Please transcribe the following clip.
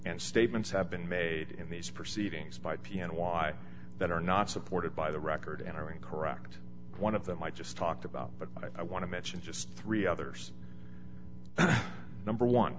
and statements have been made in these proceedings by p and y that are not supported by the record and aren't correct one of them i just talked about but i want to mention just three others number one